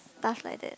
stuff like that